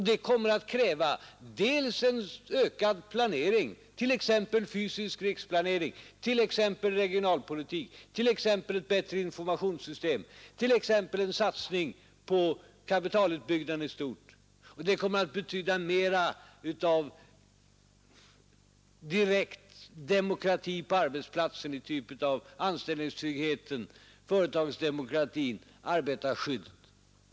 Det kommer att kräva en ökad planering, t.ex. fysisk riksplanering, regionalpolitik, ett bättre informationssystem, en satsning på kapitalutbyggnaden i stort. Det kommer att betyda mera av direkt demokrati på arbetsplatsen i form av anställningstrygghet, företagsdemokrati och arbetarskydd.